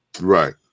Right